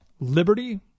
liberty